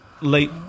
late